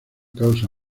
causa